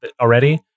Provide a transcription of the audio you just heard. already